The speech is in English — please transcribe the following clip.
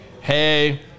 hey